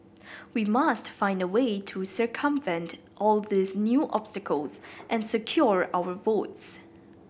we must find a way to circumvent all these new obstacles and secure our votes